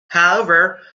however